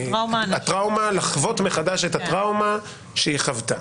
הטראומה, לחוות מחדש את הטראומה שהיא חוותה.